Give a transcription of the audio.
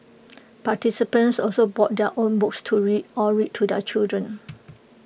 participants also brought their own books to read or read to their children